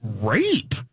rape